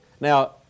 Now